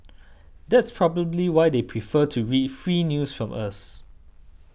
that's probably why they prefer to read free news from us